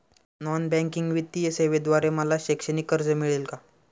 Non banking वित्तीय सेवेद्वारे मला शैक्षणिक कर्ज मिळेल का?